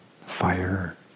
fire